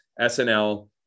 SNL